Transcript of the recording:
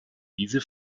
diese